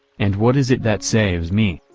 and what is it that saves me?